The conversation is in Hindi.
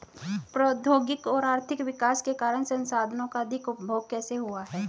प्रौद्योगिक और आर्थिक विकास के कारण संसाधानों का अधिक उपभोग कैसे हुआ है?